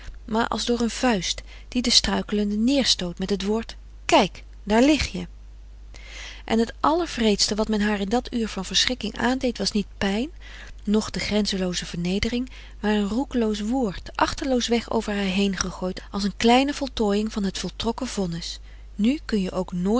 maar als door een vuist die de struikelende neerstoot met het woord kijk daar lig je en t allerwreedste wat men haar in dat uur van verschrikking aandeed was niet pijn noch de grenzenlooze vernedering maar een roekeloos woord achteloosweg over haar heengegooid als een kleine voltooiing van het voltrokken vonnis nu kun je ook